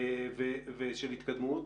של התקדמות,